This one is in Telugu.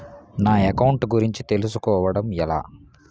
నా అకౌంట్ గురించి తెలుసు కోవడం ఎలా?